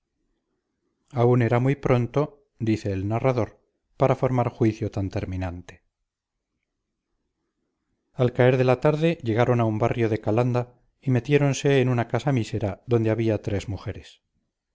aún era muy pronto dice el narrador para formar juicio tan terminante al caer de la tarde llegaron a un barrio de catanda y metiéronse en una casa mísera donde había tres mujeres